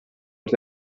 els